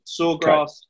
Sawgrass